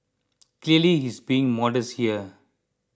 clearly he's being modest here